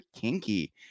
kinky